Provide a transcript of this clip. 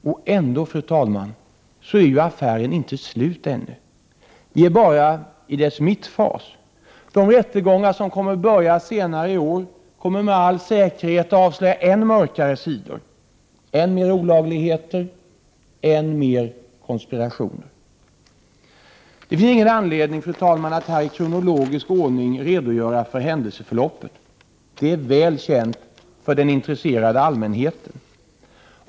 Och ändå, fru talman, är affären inte slut ännu. Vi är bara i dess mittfas. De rättegångar som kommer att börja senare i år kommer med all säkerhet att avslöja än mörkare sidor, än mer olagligheter, än mer konspirationer. Det finns ingen anledning, fru talman, att här i kronologisk ordning redogöra för händelseförloppet. Det är väl känt för den intresserade allmänheten.